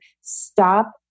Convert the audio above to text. stop